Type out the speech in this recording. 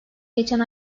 geçen